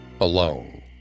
alone